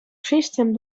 christian